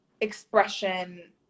expression